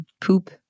poop